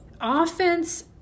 offense